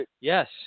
Yes